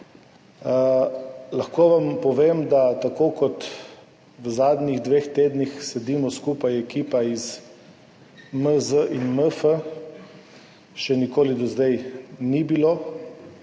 Lahko vam povem, da tako kot v zadnjih dveh tednih sedimo skupaj ekipa iz MZ in MF, še nikoli do zdaj ni bilo.